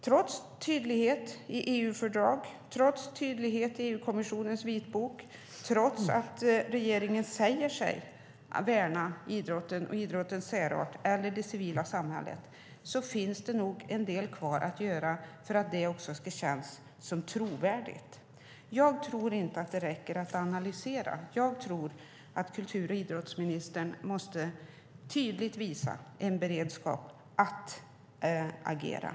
Trots tydlighet i EU-fördrag, trots tydlighet i EU-kommissionens vitbok och trots att regeringen säger att den värnar idrotten och idrottens särart och det civila samhället finns det nog en del kvar att göra för att det också ska kännas trovärdigt. Jag tror inte att det räcker att analysera. Jag tror att kultur och idrottsministern tydligt måste visa en beredskap att agera.